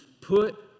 put